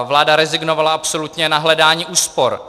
Vláda rezignovala absolutně na hledání úspor.